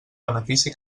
benefici